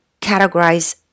categorize